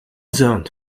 zoned